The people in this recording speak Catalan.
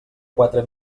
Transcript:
quatre